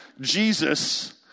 Jesus